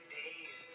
days